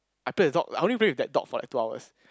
I play the dog I only play with that dog for like two hours